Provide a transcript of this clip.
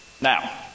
Now